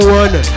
one